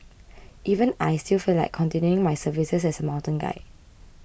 even I still feel like continuing my services as a mountain guide